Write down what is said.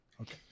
Okay